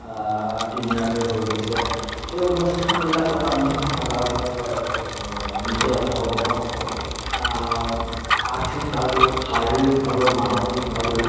দিনীয়াকৈ হৈ গৈছে সেই অনুষ্ঠানবিলাকত আমি সাধাৰণতে নিজে অংশগ্ৰহণ কৰোঁ আৰ্থিকভাৱেও শাৰীৰিকভাৱেও মানসিকভাৱেও